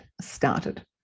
started